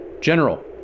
General